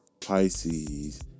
Pisces